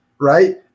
right